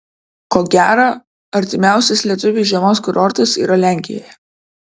ko gero artimiausias lietuviui žiemos kurortas yra lenkijoje